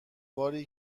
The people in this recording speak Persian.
باری